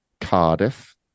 Cardiff